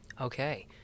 Okay